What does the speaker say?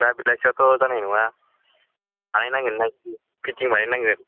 दा बेलासियावथ' जानाय नङा बानाय नांगोन ना फिटिं बानाय नांगोन